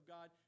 God